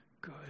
good